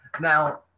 Now